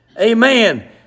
Amen